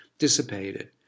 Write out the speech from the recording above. dissipated